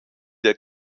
der